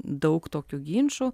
daug tokių ginčų